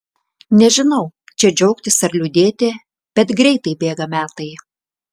nežinau čia džiaugtis ar liūdėti bet greitai bėga metai